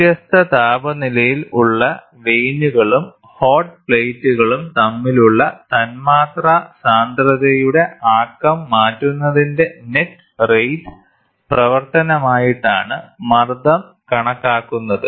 വ്യത്യസ്ത താപനിലയിൽ ഉള്ള വെയിനുകളും ഹോട്ട് പ്ലേറ്റുകളും തമ്മിലുള്ള തന്മാത്രാ സാന്ദ്രതയുടെ ആക്കം മാറ്റുന്നതിന്റെ നെറ്റ് റേറ്റ് പ്രവർത്തനമായിട്ടാണ് മർദ്ദം കണക്കാക്കുന്നത്